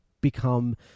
become